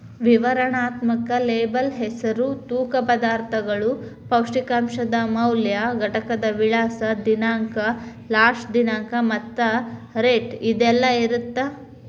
ವಿವರಣಾತ್ಮಕ ಲೇಬಲ್ ಹೆಸರು ತೂಕ ಪದಾರ್ಥಗಳು ಪೌಷ್ಟಿಕಾಂಶದ ಮೌಲ್ಯ ಘಟಕದ ವಿಳಾಸ ದಿನಾಂಕ ಲಾಸ್ಟ ದಿನಾಂಕ ಮತ್ತ ರೇಟ್ ಇದೆಲ್ಲಾ ಇರತ್ತ